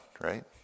right